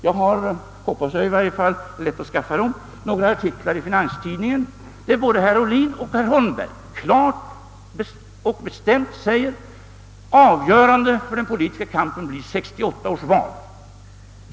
Jag har — jag hoppas det i varje fall, det är annars lätt att skaffa dem — några artiklar i Finanstidningen, där både herr Ohlin och herr Holmberg klart och bestämt säger: Avgörande för den politiska kampen blir 1968 års val.